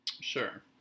Sure